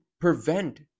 prevent